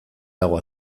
dago